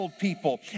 people